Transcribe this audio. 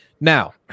now